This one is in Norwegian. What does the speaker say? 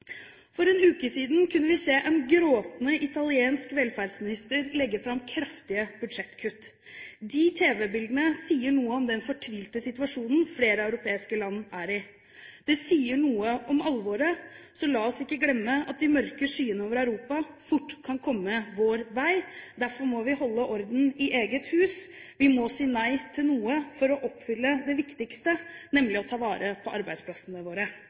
For en uke siden kunne vi se en gråtende italiensk velferdsminister legge fram kraftige budsjettkutt. De tv-bildene sier noe om den fortvilte situasjonen flere europeiske land er i. Det sier noe om alvoret, så la oss ikke glemme at de mørke skyene over Europa fort kan komme vår vei. Derfor må vi holde orden i eget hus. Vi må si nei til noe for å oppfylle det viktigste, nemlig å ta vare på arbeidsplassene våre.